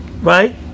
right